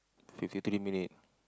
fifty three minute